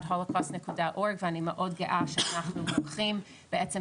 aboutHolocaust.org ואני מאוד גאה שאנחנו לוקחים בעצם,